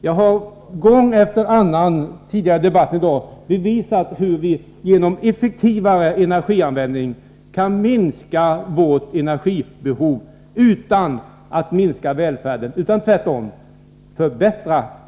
Jag har gång efter annan tidigare i debatten i dag visat hur vi genom effektivare energianvändning kan minska vårt energibehov utan att minska välfärden — tvärtom kan den förbättras.